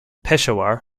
peshawar